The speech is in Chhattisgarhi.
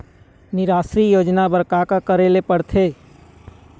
निराश्री योजना बर का का करे ले पड़ते?